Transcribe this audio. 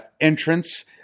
entrance